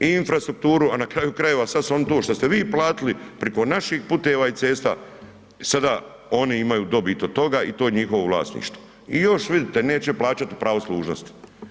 I infrastrukturu a na kraju krajeva sad su oni to što ste vi platili, preko naših puteva i cesta i sada oni imaju dobit od toga i to je njihovo vlasništvo i još vidite neće plaćati pravo služnosti.